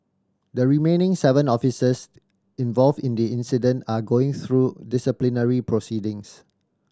the remaining seven officers involved in the incident are going through disciplinary proceedings